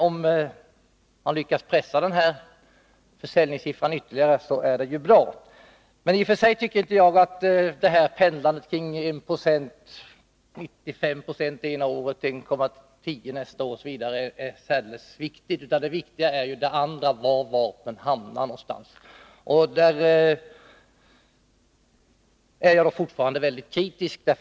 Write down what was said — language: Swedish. Om man lyckas pressa försäljningssiffran ytterligare är det ju bra. Men i och för sig tycker jag inte att det här pendlandet kring 1 96 — 95 Ko ena året, 1,10 20 nästa år osv. — är särdeles viktigt, utan det viktiga är var vapnen hamnar. Där är jag fortfarande väldigt kritisk.